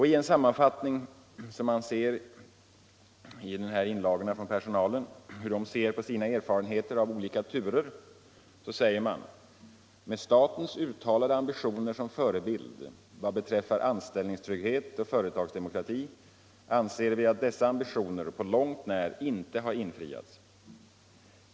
I en sammanfattning i inlagorna från personalen hur de ser på sina erfarenheter av de olika turerna säger man: ”Med statens uttalade ambitioner som förebild vad beträffar anställningstrygghet och företagsdemokrati anser vi att dessa ambitioner på långt när inte har infriats.